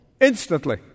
instantly